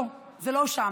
לא, זה לא שם.